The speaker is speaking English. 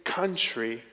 country